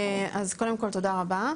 אז קודם כל, תודה רבה.